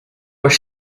were